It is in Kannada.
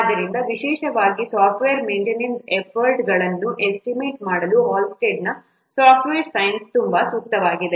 ಆದ್ದರಿಂದ ವಿಶೇಷವಾಗಿ ಸಾಫ್ಟ್ವೇರ್ ಮೇಂಟೆನೆನ್ಸ್ ಎಫರ್ಟ್ಗಳನ್ನು ಎಸ್ಟಿಮೇಟ್ ಮಾಡಲು ಹಾಲ್ಸ್ಟೆಡ್ನ ಸಾಫ್ಟ್ವೇರ್ ಸೈನ್ಸ್Halstead's software science ತುಂಬಾ ಸೂಕ್ತವಾಗಿದೆ